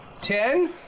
Ten